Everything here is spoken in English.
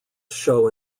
show